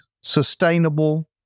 sustainable